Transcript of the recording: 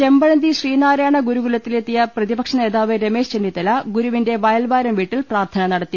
ചെമ്പഴന്തി ശ്രീനാരായണ ഗുരുകുലത്തിലെ ത്തിയ പ്രതിപക്ഷനേതാവ് രമേശ് ചെന്നിത്തല ഗുരുവിന്റെ വയൽവാരം വീട്ടിൽ പ്രാർത്ഥന നടത്തി